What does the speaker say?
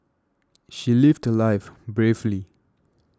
she lived her life bravely